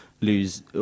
lose